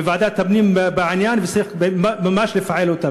ועדת הפנים בעניין, וצריך ממש להפעיל אותה.